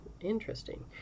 Interesting